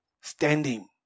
standing